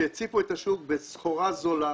כך שהציפו את השוק בסחורה זולה